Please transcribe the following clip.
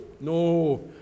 no